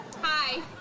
Hi